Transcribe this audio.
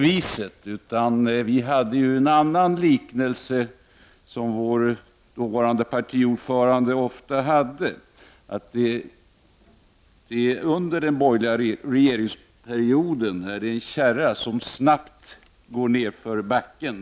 Vi socialdemokrater hade förut en annan liknelse som vår dåvarande partiordförande ofta nämnde. Under den borgerliga regeringstiden var det en kärra som snabbt rullade ner utför en backe.